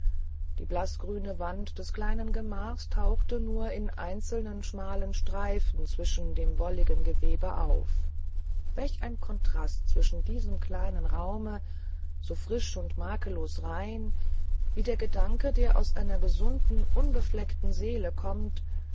die blaßgrüne wand des kleinen gemachs tauchte nur in einzelnen schmalen streifen zwischen dem wolligen gewebe auf welch ein kontrast zwischen diesem kleinen raume so frisch und makellos rein wie der gedanke der aus einer gesunden unbefleckten seele kommt